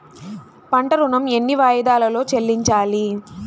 పంట ఋణం ఎన్ని వాయిదాలలో చెల్లించాలి?